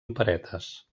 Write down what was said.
operetes